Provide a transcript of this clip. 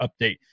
update